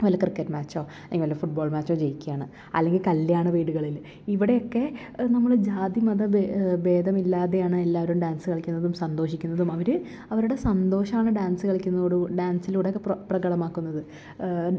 വല്ല ക്രിക്കറ്റ് മാച്ചോ ഇങ്ങനെ ഫുട്ബാൾ മാച്ചോ ജയിക്കുവാണ് അല്ലെങ്കിൽ കല്ല്യാണ വീടുകളിൽ ഇവിടെയൊക്കെ നമ്മള് ജാതി മത ഭേദമില്ലാതെയാണെല്ലാവരും ഡാൻസ് കളിക്കുന്നതും സന്തോഷിക്കുന്നതും അവര് അവരുടെ സന്തോഷമാണ് ഡാൻസ് കളിക്കുന്നതോട് ഡാൻസിലൂടെ പ്രകടമാക്കുന്നത്